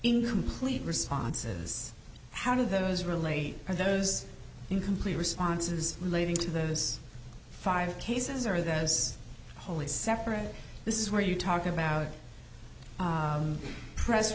incomplete responses how do those relate to those incomplete responses relating to those five cases are those wholly separate this is where you talk about press